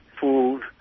food